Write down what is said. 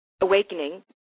awakening